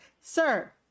Sir